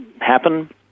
happen